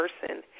person